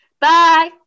Bye